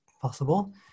possible